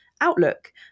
outlook